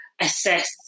assess